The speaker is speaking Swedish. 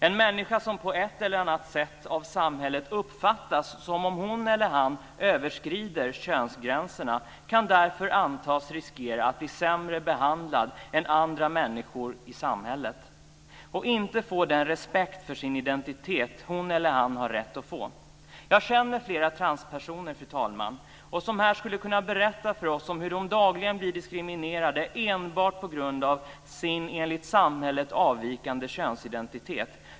En människa som på ett eller annat sätt av samhället uppfattas som om hon eller han överskrider könsgränserna kan därför antas riskera att bli sämre behandlad än andra människor i samhället och inte få den respekt för sin identitet som hon eller han har rätt att få. Fru talman! Jag känner flera transpersoner som här skulle kunna berätta för oss om hur de dagligen blir diskriminerade enbart på grund av sin enligt samhället avvikande könsidentitet.